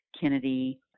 Kennedy